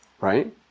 Right